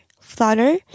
flutter